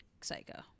psycho